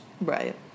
Right